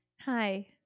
Hi